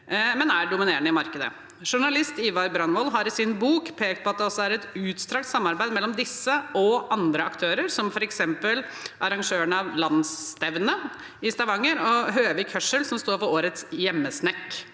men er dominerende i markedet. Journalist Ivar Brandvol har i sin bok pekt på at det også er et utstrakt samarbeid mellom disse og andre aktører, som f.eks. arrangørene av landsstevnet i Stavanger og Høvik Hørsel, som står for «årets hjemmesnekk».